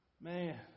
Man